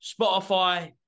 Spotify